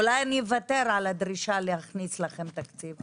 אולי אני אוותר על הדרישה להכניס לכם תקציב?